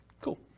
Cool